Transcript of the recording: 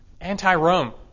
anti-Rome